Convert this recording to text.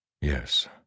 Yes